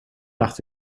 dacht